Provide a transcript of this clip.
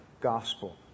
gospel